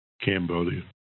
Cambodia